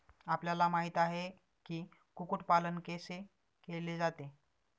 आपल्याला माहित आहे की, कुक्कुट पालन कैसे केले जाते?